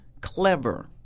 clever